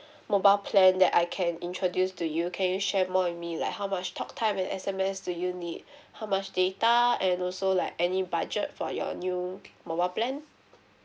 mobile plan that I can introduce to you can you share more with me like how much talk time and S_M_S do you need how much data and also like any budget for your new mobile plan